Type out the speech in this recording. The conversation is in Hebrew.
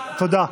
תודה.